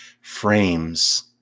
frames